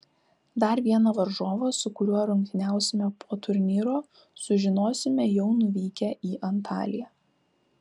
dar vieną varžovą su kuriuo rungtyniausime po turnyro sužinosime jau nuvykę į antaliją